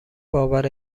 باور